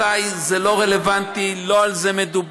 רבותיי, זה לא רלוונטי, לא על זה מדובר.